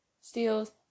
steals